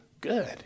good